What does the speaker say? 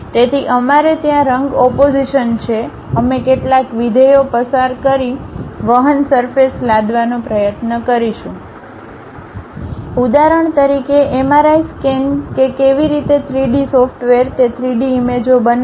તેથી અમારે ત્યાં રંગ ઓપોઝીશન છે અમે કેટલાક વિધેયો પસાર કર વહન સરફેસ લાદવાનો પ્રયત્ન કરીશું ઉદાહરણ તરીકે એમઆરઆઈ સ્કેન કે કેવી રીતે 3Dસોફ્ટવેર તે 3 D ઈમેજઓ બનાવે છે